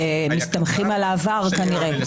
מסתמכים על העבר כנראה.